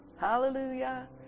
Hallelujah